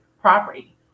property